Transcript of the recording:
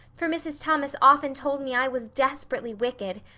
for mrs. thomas often told me i was desperately wicked.